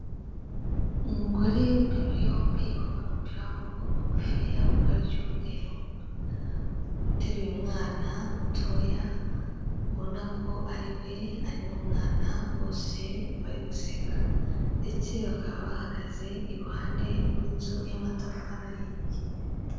Umugore w'imibiri yombi wambaye umupira w'amaboko magufi w'ibara ry'umweru, uteruye umwana mutoya, ubona ko ari we ari n'umwana bose bari guseka, ndetse bakaba bahagaze iruhande rw'inzu y'amatafari ahiye.